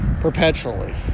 perpetually